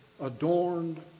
adorned